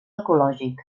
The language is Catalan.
ecològic